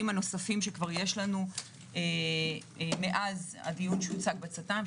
הנוספים שיש לנו מאז הדיון שהוצג בצט"ם,